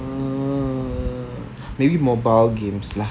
err maybe mobile games lah